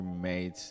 made